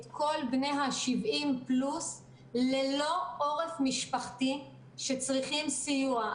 כל בני ה-70 פלוס ללא עורף משפחתי שצריכים סיוע.